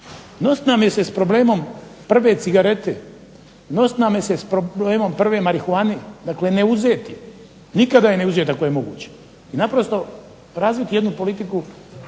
je nam se s problemom prve cigarete, nosit nam je se s problemom prve marihuane, dakle ne uzeti je, nikada je ne uzeti ako je moguće. I naprosto razviti jednu politiku,